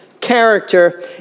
character